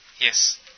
Yes